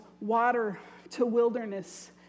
water-to-wilderness